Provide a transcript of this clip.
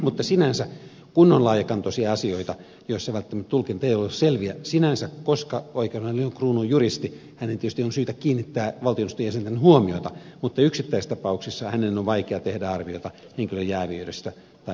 mutta sinänsä kun on laajakantoisia asioita joissa välttämättä tulkinnat eivät ole selviä sinänsä koska oikeuskansleri on kruununjuristi hänen tietysti on syytä kiinnittää valtioneuvoston jäsenten huomiota mutta yksittäistapauksissa hänen on vaikea tehdä arviota henkilön jääviydestä tai sen puutteesta